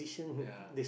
ya